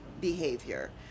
behavior